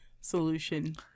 solution